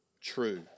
true